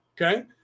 Okay